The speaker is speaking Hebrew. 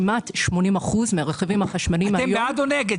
כמעט 80% מהרכבים החשמליים היום --- אתם בעד או נגד?